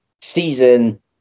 season